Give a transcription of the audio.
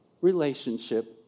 relationship